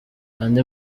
andi